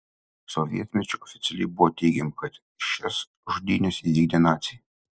sovietmečiu oficialiai buvo teigiama kad šias žudynes įvykdė naciai